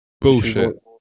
Bullshit